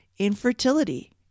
infertility